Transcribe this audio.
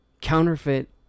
counterfeit